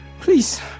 Please